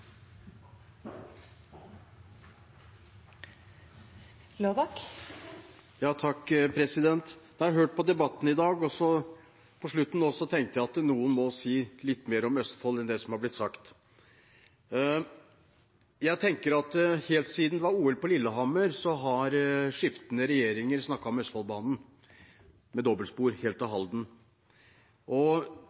Jeg har hørt på debatten i dag, og nå på slutten tenkte jeg at noen må si litt mer om Østfold enn det som har blitt sagt. Jeg tenker at helt siden OL på Lillehammer har skiftende regjeringer snakket om Østfoldbanen med dobbeltspor helt til Halden, og